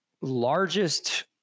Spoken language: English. largest